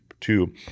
two